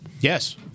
Yes